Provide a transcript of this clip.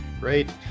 great